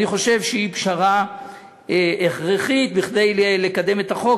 ואני חושב שהיא פשרה הכרחית כדי לקדם את החוק,